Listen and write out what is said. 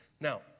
Now